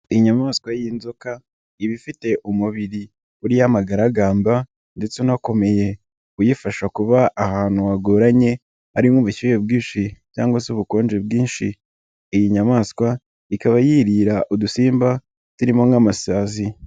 Iyi nyayamaswa y'inzoka iba ifite umubiri uriya amagaragamba ndetse unakomeye uyifasha kuba ahantu hagoranye hari nk'ubushyuhe bwinshi cyangwa se ubukonje bwinshi, iyi nyamaswa ikaba yirira udusimba turimo nk'amasazi.